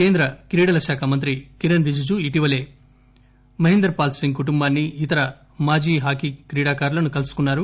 కేంద్ర క్రీడల మంత్రి కిరణ్ రిజుజూ ఇటీవలే మహేందర్ పాల్ సింగ్ కుటుంబాన్ని ఇతర మాజీ హాకీ క్రీడాకారులను కలుసుకున్నారు